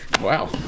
Wow